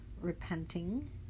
repenting